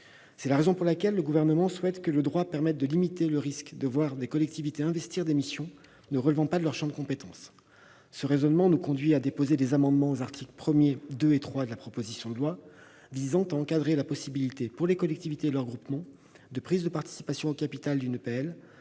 notre analyse, réel. Le Gouvernement souhaite par conséquent que le droit permette de limiter le risque de voir des collectivités investir des missions ne relevant pas de leur champ de compétence. Ce raisonnement nous a conduits à déposer des amendements aux articles 1, 2 et 3 de la proposition de loi visant à encadrer la possibilité, pour les collectivités et leurs groupements, de prise de participation au capital d'une EPL